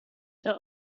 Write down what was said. der